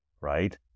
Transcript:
right